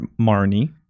Marnie